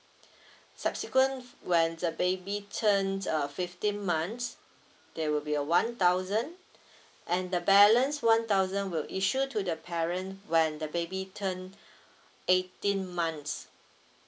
subsequent when the baby turns uh fifteen months there will be a one thousand and the balance one thousand will issue to the parent when the baby turn eighteen months